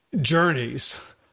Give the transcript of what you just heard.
journeys